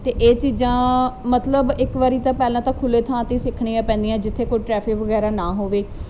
ਤੇ ਇਹ ਚੀਜ਼ਾਂ ਮਤਲਬ ਇੱਕ ਵਾਰੀ ਤਾਂ ਪਹਿਲਾਂ ਤਾਂ ਖੁੱਲੇ ਥਾਂ ਤੇ ਸਿੱਖਣੀਆਂ ਪੈਂਦੀਆਂ ਜਿੱਥੇ ਕੋਈ ਟਰੈਫਿਕ ਵਗੈਰਾ ਨਾ ਹੋਵੇ